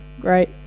Great